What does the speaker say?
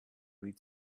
read